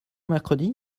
mercredi